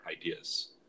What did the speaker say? ideas